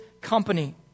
company